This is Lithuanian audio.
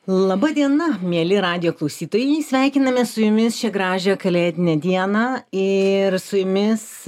laba diena mieli radijo klausytojai sveikinamės su jumis šią gražią kalėdinę dieną ir su jumis